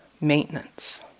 maintenance